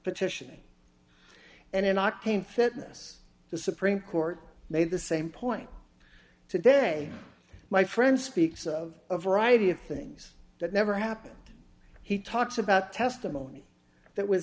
petition and in octane fitness the supreme court made the same point today my friend speaks of a variety of things that never happened he talks about testimony that was